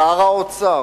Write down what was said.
שר האוצר,